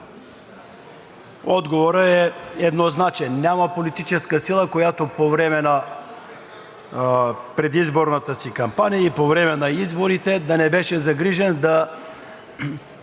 Отговорът е еднозначен – няма политическа сила, която по време на предизборната си кампания и по време на изборите да не беше загрижена,